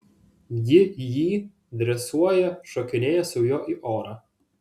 ji jį dresuoja šokinėja su juo į orą